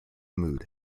mood